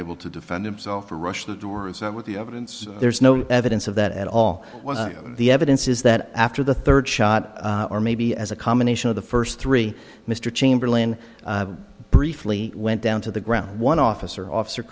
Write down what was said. able to defend himself or rushed the doors and with the evidence there's no evidence of that at all the evidence is that after the third shot or maybe as a combination of the first three mr chamberlain briefly went down to the ground one officer officer